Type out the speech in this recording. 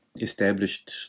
established